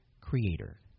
creator